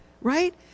right